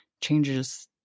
changes